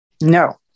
No